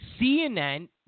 CNN